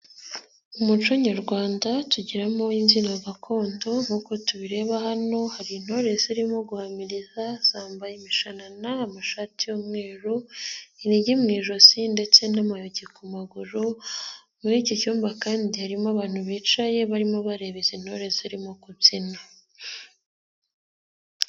Umuco nyarwanda tugiramo imbyino gakondo nk'uko tubireba hano hari intore zirimo guhamiriza, zambaye imishanana, amashati y'umweru, inigi mu ijosi ndetse n'amayugi ku maguru, muri iki cyumba kandi harimo abantu bicaye barimo bareba izi ntore zirimo kubyina.